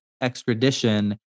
extradition